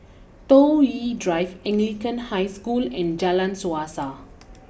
Toh Yi Drive Anglican High School and Jalan Suasa